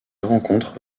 rencontre